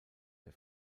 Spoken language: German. der